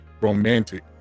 romantic